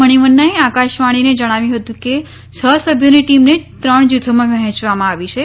મણિવન્નાએ આકાશવાણીને જણાવ્યું હતું કે છ સભ્યોની ટીમને ત્રણ જૂથોમાં વહેંચવામાં આવી છે